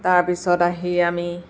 তাৰপিছত আহি আমি